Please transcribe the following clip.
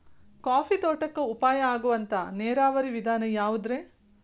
Coffee ತೋಟಕ್ಕ ಉಪಾಯ ಆಗುವಂತ ನೇರಾವರಿ ವಿಧಾನ ಯಾವುದ್ರೇ?